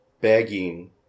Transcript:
begging